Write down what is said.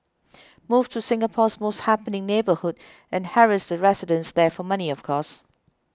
move to Singapore's most happening neighbourhood and harass the residents there for money of course